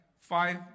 five